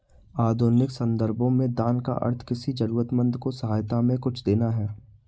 आधुनिक सन्दर्भों में दान का अर्थ किसी जरूरतमन्द को सहायता में कुछ देना है